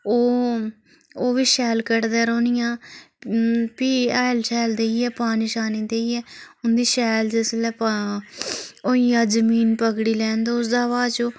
ओह् ओह् बी शैल कटदे रौह्नियां फ्ही हैल शैल देइयै पानी छानी देइयै उं'दी शैल जिसलै होइयै जमीन पकड़ी लैन ते उसदे बाद च